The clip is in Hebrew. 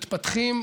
מתפתחים,